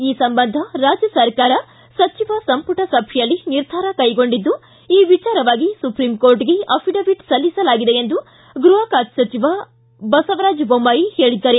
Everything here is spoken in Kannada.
ಈ ಸಂಬಂಧ ರಾಜ್ಯ ಸರ್ಕಾರ ಸಚಿವ ಸಂಪುಟ ಸಭೆಯಲ್ಲಿ ನಿರ್ಧಾರ ಕೈಗೊಂಡಿದ್ದು ಈ ವಿಚಾರವಾಗಿ ಸುಪ್ರೀಂಕೋರ್ಟ್ಗೆ ಅಫಿಡವಿಟ್ ಸಲ್ಲಿಸಲಾಗಿದೆ ಎಂದು ಗ್ಲಹ ಖಾತೆ ಖಾತೆ ಸಚಿವ ಬಸವರಾಜ್ ಬೊಮ್ನಾಯಿ ಹೇಳಿದ್ದಾರೆ